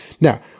now